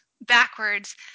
backwards